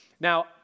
Now